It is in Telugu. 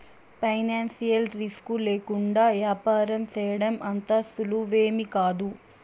ఫైనాన్సియల్ రిస్కు లేకుండా యాపారం సేయడం అంత సులువేమీకాదు